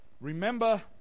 Remember